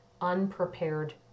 unprepared